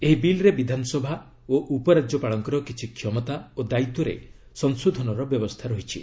ଏହି ବିଲ୍ରେ ବିଧାନସଭା ଓ ଉପରାଜ୍ୟପାଳଙ୍କର କିଛି କ୍ଷମତା ଓ ଦାୟିତ୍ୱରେ ସଂଶୋଧନର ବ୍ୟବସ୍ଥା ରହିଛି